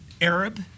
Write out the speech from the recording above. Arab